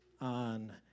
on